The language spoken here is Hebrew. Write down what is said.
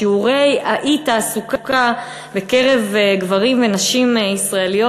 שיעורי האי-תעסוקה בקרב גברים ונשים ישראליות